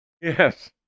yes